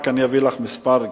אני רק אביא מספר,